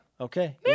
Okay